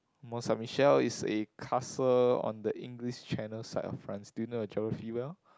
Mont Saint Michel is a castle on the English channel side of France do you know your geography well